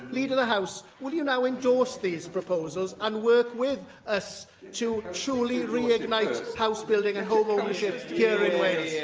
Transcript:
leader of the house, will you now endorse these proposals and work with us to truly reignite house building and home ownership here in wales?